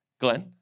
Glenn